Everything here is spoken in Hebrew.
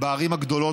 הרווחה והבריאות,